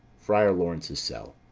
friar laurence's cell.